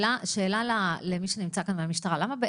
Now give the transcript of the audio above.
שאלה למי שנמצא כאן מהמשטרה -- למה חוסר עניין לציבור?